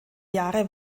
jahre